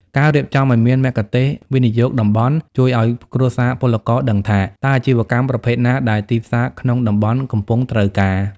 ការរៀបចំឱ្យមាន "មគ្គុទ្ទេសក៍វិនិយោគតំបន់" ជួយឱ្យគ្រួសារពលករដឹងថា តើអាជីវកម្មប្រភេទណាដែលទីផ្សារក្នុងតំបន់កំពុងត្រូវការ។